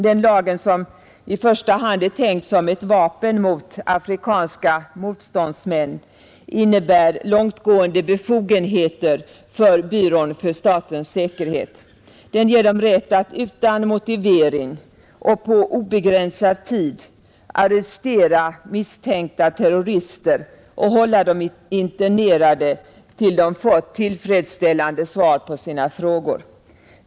Den lagen, som i första hand är tänkt som ett vapen mot afrikanska motståndsmän, innebär långtgående befogenheter för byrån för statens säkerhet. Den ger myndigheterna rätt att utan motivering och på obegränsad tid arrestera misstänkta terrorister och hålla dem internerade tills de fått tillfredsställande svar på sina frågor.